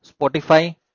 Spotify